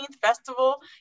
festival